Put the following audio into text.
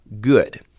good